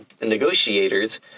negotiators